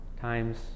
times